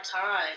time